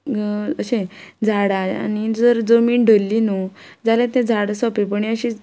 अशे झाडां आनी जर जमीन धरली न्हय जाल्यार तें झाडां सोपेंपणी अशीं